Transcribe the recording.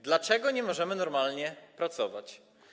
Dlaczego nie możemy normalnie pracować?